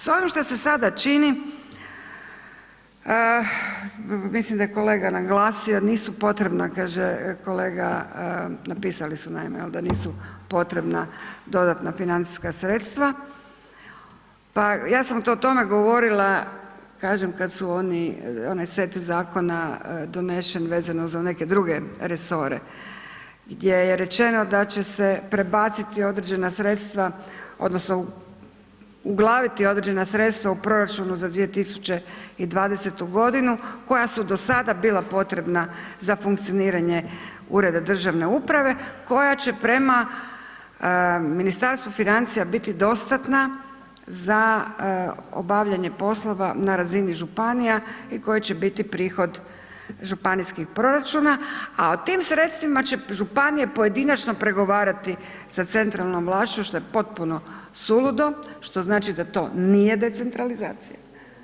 S ovim što se sada čini, mislim da je kolega naglasio, nisu potrebna, kaže kolega, napisali su naime da nisu potrebna dodatna financijska sredstva pa ja sam o tome govorila, kažem, kad su oni set zakona donesen vezano za neke druge resore gdje je rečeno da će se prebaciti određena sredstva, odnosno uglaviti određena sredstva u proračunu za 2020. g. koja su do sada bila potrebna za funkcioniranje državne uprave koja će prema Ministarstvu financija biti dostatna za obavljanje poslova na razini županija i koja će biti prihod županijskih proračuna, a o tim sredstvima će županije pojedinačno pregovarati sa centralnom vlašću, što je potpuno suludo, što znači da to nije decentralizacija.